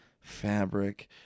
fabric